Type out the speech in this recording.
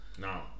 No